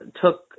took